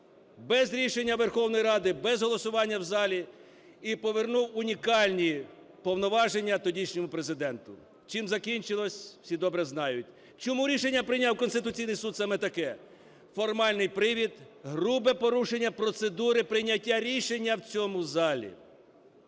без рішення Верховної Ради, без голосування в залі. І повернув унікальні повноваження тодішньому Президенту. Чим закінчилось – всі добре знають. Чому рішення прийняв Конституційний Суд саме таке? Формальний привід, грубе порушення процедури прийняття рішення в цьому залі.